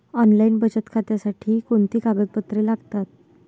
Online बचत खात्यासाठी कोणती कागदपत्रे लागतात?